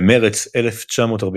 במרץ 1948,